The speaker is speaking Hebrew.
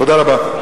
תודה רבה.